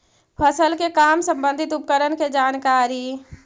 फसल के काम संबंधित उपकरण के जानकारी?